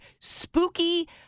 spooky